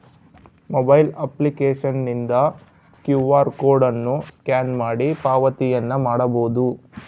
mobile ಅಪ್ಲಿಕೇಶನ್ನಿಂದ Q R code ಅನ್ನು scan ಮಾಡಿ ಪಾವತಿಯನ್ನ ಮಾಡಬೊದು